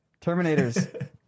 Terminators